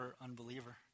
unbeliever